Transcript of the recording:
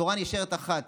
התורה נשארת אחת.